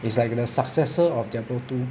it's like the successor of diablo two